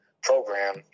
program